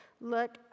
look